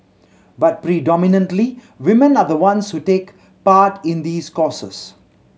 but predominantly women are the ones who take part in these courses